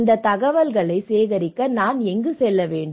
இந்த தகவல்களை சேகரிக்க நான் எங்கு செல்ல வேண்டும்